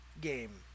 game